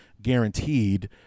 guaranteed